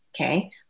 okay